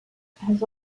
has